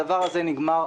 הדבר הזה נגמר.